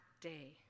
day